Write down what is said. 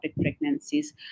pregnancies